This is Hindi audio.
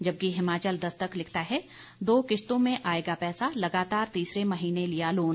जबकि हिमाचल दस्तक लिखता है दो किश्तों में आएगा पैसा लगतार तीसरे महीने लिया लोन